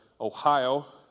Ohio